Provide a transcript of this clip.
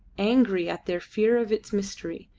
angry at their fear of its mystery,